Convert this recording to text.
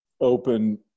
open